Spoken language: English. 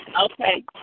Okay